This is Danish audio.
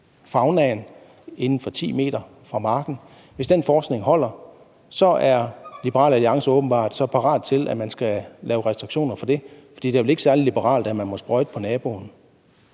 på faunaen inden for 10 m fra marken, så er Liberal Alliance åbenbart parat til, at man skal lave restriktioner for det, for det er vel ikke særlig liberalt, at man må sprøjte på naboen.